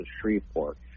Shreveport